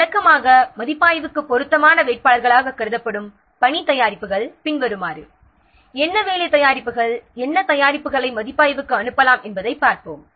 வழக்கமாக மதிப்பாய்வுக்கு பொருத்தமான வேட்பாளர்களாகக் கருதப்படும் பணி தயாரிப்புகள் பின்வருமாறு என்ன வேலை தயாரிப்புகள் என்ன தயாரிப்புகளை மதிப்பாய்வுக்கு அனுப்பலாம் என்பதைப் பார்ப்போம்